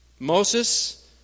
Moses